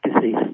disease